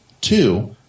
Two –